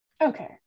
okay